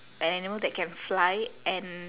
an animal that can fly and